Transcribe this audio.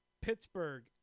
Pittsburgh